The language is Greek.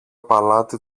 παλάτι